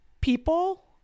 people